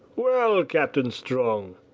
well, captain strong,